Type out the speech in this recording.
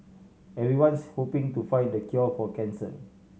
everyone's hoping to find the cure for cancer